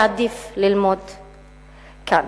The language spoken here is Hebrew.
יעדיף ללמוד כאן.